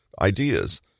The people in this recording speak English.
ideas